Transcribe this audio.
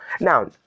now